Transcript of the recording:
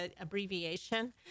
abbreviation